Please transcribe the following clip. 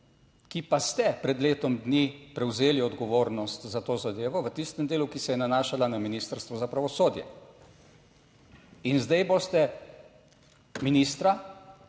ki pa ste pred letom dni prevzeli odgovornost za to zadevo v tistem delu, ki se je nanašala na Ministrstvo za pravosodje. In zdaj boste ministra,